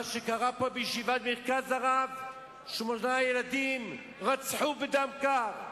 מה שקרה פה בישיבת "מרכז הרב" שמונה ילדים רצחו בדם קר.